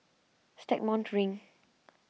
Stagmont Ring